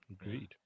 agreed